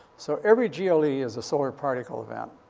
so every gle is a solar particle event.